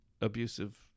Abusive